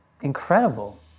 incredible